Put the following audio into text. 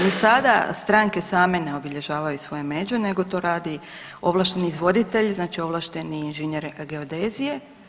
I sada stranke same ne obilježavaju svoje međe nego to radi ovlašteni izvoditelj znači ovlašteni inženjer geodezije.